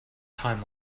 time